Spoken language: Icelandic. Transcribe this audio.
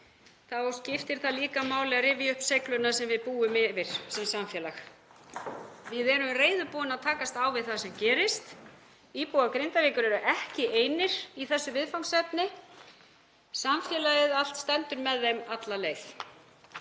þá skiptir líka máli að rifja upp seigluna sem við búum yfir sem samfélag. Við erum reiðubúin að takast á við það sem gerist. Íbúar Grindavíkur eru ekki einir í þessu viðfangsefni. Samfélagið allt stendur með þeim alla leið.